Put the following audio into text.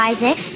Isaac